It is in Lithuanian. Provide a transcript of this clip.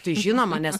tai žinoma nes